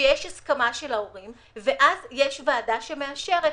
שיש הסכמה של ההורים ואז יש ועדה שמאשרת.